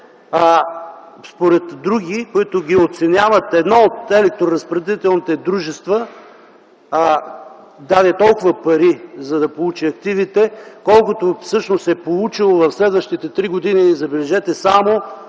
според други, които ги оценяват, едно от електроразпределителните дружества даде толкова пари, за да получи активите, колкото всъщност е получило в следващите три години, забележете, само